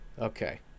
Okay